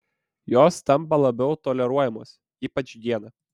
jos tampa labiau toleruojamos ypač dieną